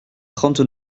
trente